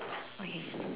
okay